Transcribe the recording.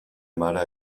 mare